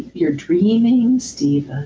you're dreaming, stephen.